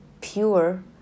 pure